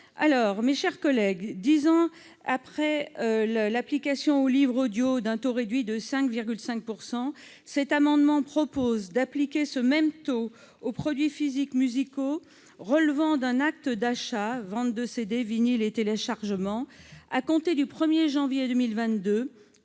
ou à un autre. Dix ans après l'application au livre audio d'un taux réduit de TVA de 5,5 %, le présent amendement vise à appliquer ce même taux aux produits physiques musicaux relevant d'un acte d'achat- ventes de CD, vinyles et téléchargements -à compter du 1 janvier 2022,